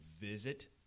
visit